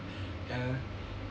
uh